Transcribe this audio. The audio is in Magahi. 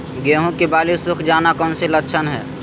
गेंहू की बाली सुख जाना कौन सी लक्षण है?